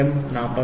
M45 57